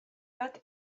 bat